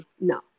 no